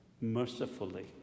Mercifully